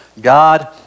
God